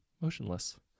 motionless